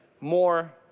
more